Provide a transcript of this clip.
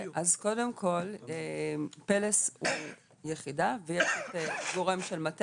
אז קודם כל פלס יחידה ויש את גורם של המטה